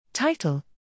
Title